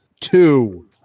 Two